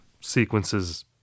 sequences